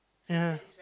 ya